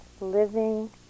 living